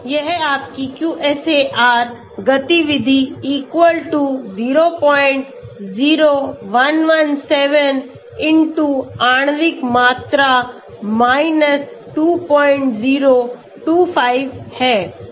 तो यह आपकी QSAR गतिविधि 00117 आणविक मात्रा 2025 है